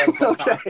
Okay